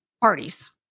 parties